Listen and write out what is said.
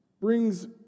brings